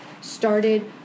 Started